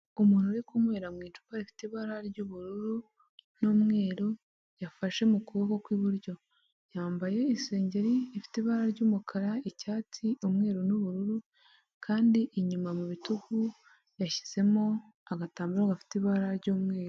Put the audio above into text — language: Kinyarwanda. Umuntu uri kunywera mu icupa rifite ibara ry'ubururu n'umweru yafashe mu kuboko kw'iburyo, yambaye isengeri ifite ibara ry'umukara, icyatsi, umweru, n'ubururu kandi inyuma mu bitugu yashyizemo agatambaro gafite ibara ry'umweru.